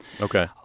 Okay